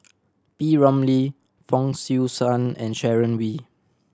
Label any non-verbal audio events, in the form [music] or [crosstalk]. [noise] P Ramlee Fong Swee Suan and Sharon Wee